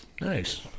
Nice